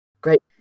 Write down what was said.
Great